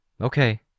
Okay